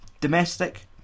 domestic